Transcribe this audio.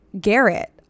garrett